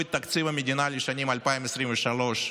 את תקציב המדינה לשנים 2023 2024,